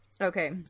okay